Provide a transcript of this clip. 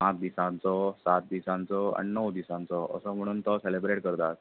पांच दिसांचो सात दिसांचो आनी णव दिसांचो असो म्हणून तो सॅलिब्रेट करतात